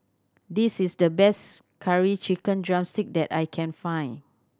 this is the best Curry Chicken drumstick that I can find